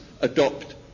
adopt